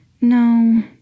No